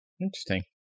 Interesting